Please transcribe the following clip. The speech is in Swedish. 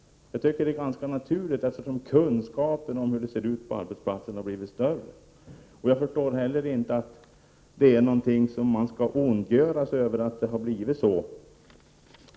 Det tycker jag är ganska naturligt, eftersom kunskapen om hur det ser ut på arbetsplatserna har blivit större. Jag förstår inte heller varför man måste ondgöra sig över att det har blivit så.